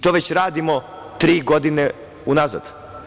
To već radimo tri godine unazad.